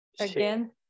Again